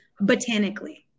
botanically